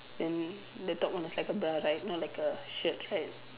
then the dog almost like a bra right not like a shirt right